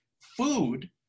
food